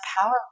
powerful